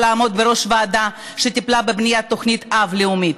לעמוד בראש ועדה שטיפלה בבניית תוכנית אב לאומית,